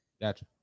Gotcha